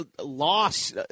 loss